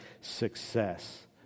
success